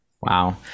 Wow